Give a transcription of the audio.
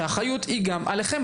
שהאחריות היא גם עליכם.